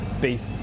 beef